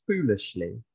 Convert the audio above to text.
foolishly